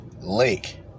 Lake